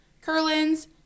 Curlin's